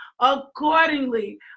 accordingly